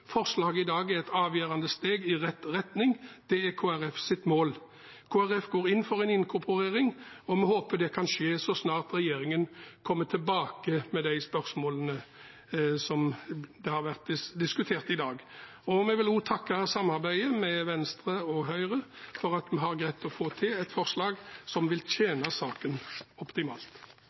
forslaget i dag er et avgjørende steg i rett retning, det er Kristelig Folkepartis mål. Kristelig Folkeparti går inn for en inkorporering, og vi håper det kan skje så snart regjeringen kommer tilbake med de spørsmålene som har vært diskutert i dag. Vi vil også takke for samarbeidet med Venstre og Høyre, for at vi har greid å få til et forslag som vil tjene saken optimalt.